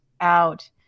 out